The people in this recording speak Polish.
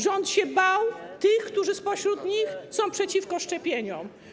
Rząd się bał tych, którzy spośród nich są przeciwko szczepieniom.